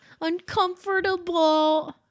uncomfortable